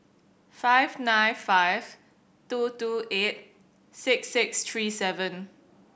five nine five two two eight six six three seven